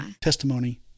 testimony